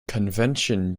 convention